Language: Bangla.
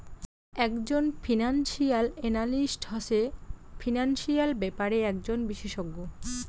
একজন ফিনান্সিয়াল এনালিস্ট হসে ফিনান্সিয়াল ব্যাপারে একজন বিশষজ্ঞ